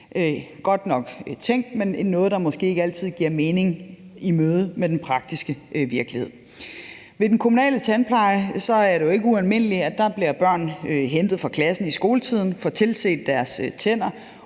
godt nok tænkt, men det er noget, der måske ikke altid giver mening i mødet med den praktiske virkelighed. Ved behandling hos den kommunale tandpleje er det jo ikke ualmindeligt, at børn bliver hentet fra klassen i skoletiden og får tilset deres tænder